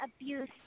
Abuse